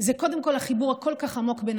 זה קודם כול החיבור הכל-כך עמוק בין